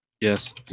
Yes